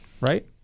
Right